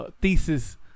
thesis